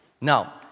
Now